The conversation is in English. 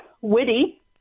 witty